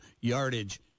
yardage